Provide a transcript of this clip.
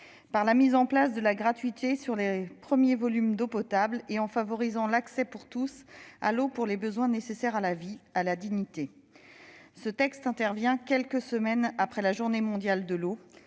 par la mise en place de la gratuité sur les premiers volumes d'eau potable et l'accès pour tous à l'eau pour les besoins nécessaires à la vie et à la dignité. Ce texte est discuté quelques semaines après la journée mondiale de l'eau,